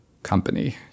company